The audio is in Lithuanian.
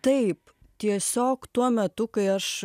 taip tiesiog tuo metu kai aš